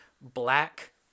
black